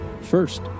First